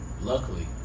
luckily